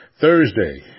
Thursday